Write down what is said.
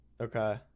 okay